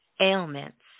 ailments